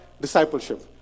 discipleship